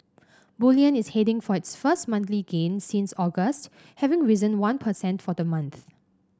bullion is heading for its first monthly gain since August having risen one per cent for the month